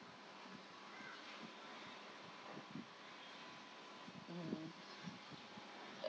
mm